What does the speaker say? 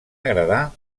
agradar